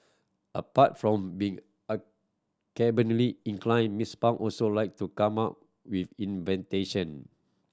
apart from being inclined Mister Pang also like to come up with